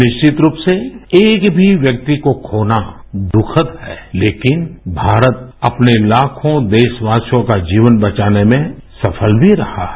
निश्चित रूप से एक भी व्यक्ति को खोना दुखद है लेकिन भारत अपने लाखो देशवासियों का जीवन बचाने में सफल भी रहा है